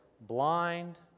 blind